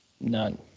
none